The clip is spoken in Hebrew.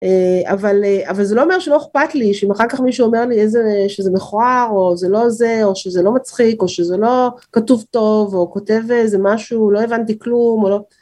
אה..אבל אבל זה לא אומר שלא אכפת לי, שאם אחר כך מישהו אומר לי איזה, שזה מכוער או שזה לא זה או שזה לא מצחיק או שזה לא כתוב טוב או כותב איזה משהו, לא הבנתי כלום או לא..